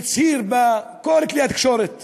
הצהיר בכל כלי התקשורת